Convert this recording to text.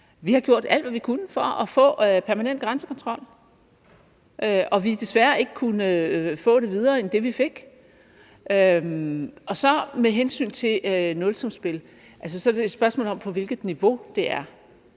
Vi har gjort alt, hvad vi kunne, for at få permanent grænsekontrol, og vi har desværre ikke kunnet få det i videre omfang end det, vi fik. Med hensyn til et nulsumsspil er det et spørgsmål om, på hvilket niveau det er.